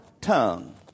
tongue